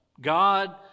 God